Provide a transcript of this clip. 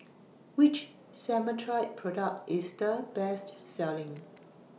Which Cetrimide Product IS The Best Selling